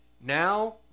now